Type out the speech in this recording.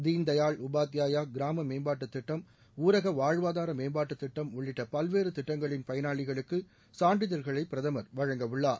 தீன் தயாள் உபாத்பாயா கிராம மேம்பாட்டுத் திட்டம் ஊரக வாழ்வாதார மேம்பாட்டுத் திட்டம் உள்ளிட்ட பல்வேறு திட்டங்களின் பயனாளிகளுக்கு சான்றிதழ்களை பிரதமர் வழங்கவுள்ளார்